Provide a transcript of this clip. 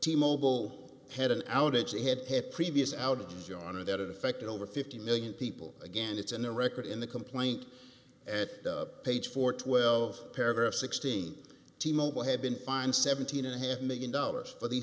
t mobile had an outage they had had previous outings you honor that it affected over fifty million people again it's in the record in the complaint at page four twelve paragraph sixteen t mobile had been fined seventeen and a half million dollars for the